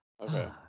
okay